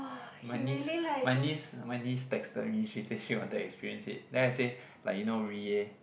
my niece my niece my niece texted me she said she want to experience it then I say like you know Reid